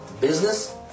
Business